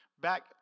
back